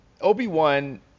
Obi-Wan